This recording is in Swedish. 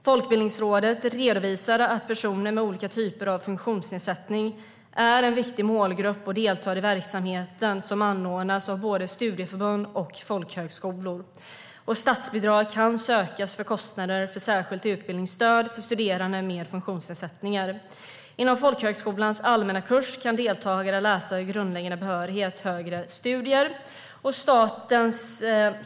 Folkbildningsrådet redovisar att personer med olika typer av funktionsnedsättning är en viktig målgrupp och deltar i verksamhet som anordnas av både studieförbund och folkhögskolor. Statsbidrag kan sökas för kostnader för särskilt utbildningsstöd för studerande med funktionsnedsättningar. Inom folkhögskolans allmänna kurs kan deltagare läsa in grundläggande behörighet till högre studier.